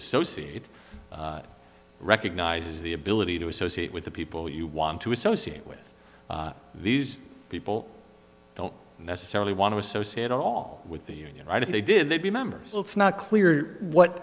associate recognizes the ability to associate with the people you want to associate with these people don't necessarily want to associate all with the union right if they did they'd be members so it's not clear what